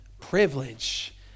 privilege